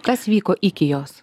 kas vyko iki jos